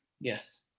Yes